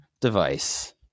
device